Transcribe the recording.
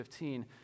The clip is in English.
15